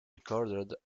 recorded